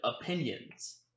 opinions